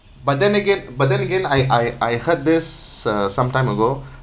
but then again but then again I I I heard this uh sometime ago